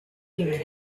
given